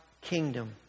kingdom